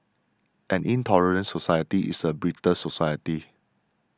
an intolerant society is a brittle society